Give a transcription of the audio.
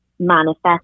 Manifest